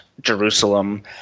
Jerusalem